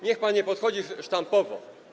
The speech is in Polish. Niech pan nie podchodzi sztampowo.